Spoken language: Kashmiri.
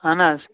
اَہَن حظ